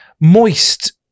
moist